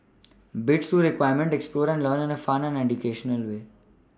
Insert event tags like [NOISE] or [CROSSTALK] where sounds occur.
[NOISE] bits to experiment explore and learn in a fun and educational way